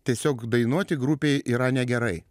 tiesiog dainuoti grupėj yra negerai